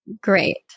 Great